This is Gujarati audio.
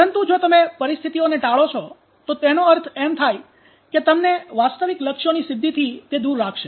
પરંતુ જો તમે પરિસ્થિતિઓને ટાળો છો તો તેનો અર્થ એમ થાય છે કે તે તમને વાસ્તવિક લક્ષ્યોની સિદ્ધિથી દૂર રાખશે